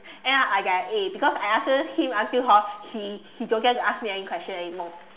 end up I get a A because I answer him until hor he he don't dare to ask me any question anymore